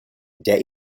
der